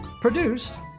Produced